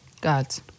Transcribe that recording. God's